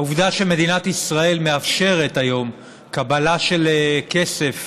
העובדה שמדינת ישראל מאפשרת היום קבלה של כסף